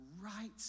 right